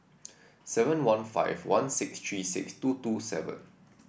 seven one five one six three six two two seven